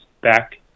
back